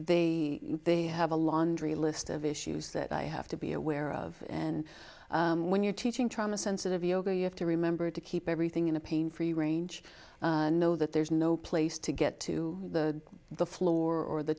they they have a laundry list of issues that i have to be aware of and when you're teaching trauma sensitive yoga you have to remember to keep everything in a pain free range know that there's no place to get to the the floor or the